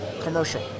commercial